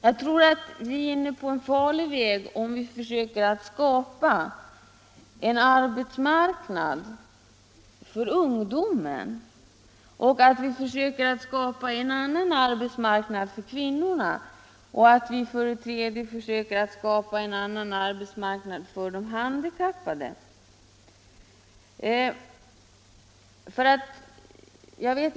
Jag tror att vi är inne på en farlig väg om vi försöker skapa en ar betsmarknad för ungdomen, en annan arbetsmarknad för kvinnorna och en tredje arbetsmarknad för de handikappade.